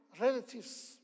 relatives